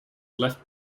left